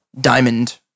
diamond